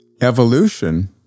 evolution